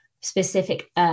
specific